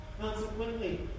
Consequently